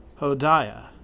Hodiah